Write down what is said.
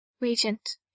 Regent